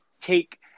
take